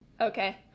Okay